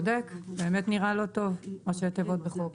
באמת נראה לא טוב ראשי תיבות בחוק.